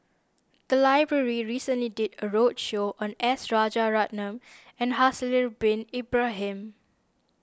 the library recently did a roadshow on S Rajaratnam and Haslir Bin Ibrahim